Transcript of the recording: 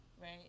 Right